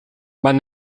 man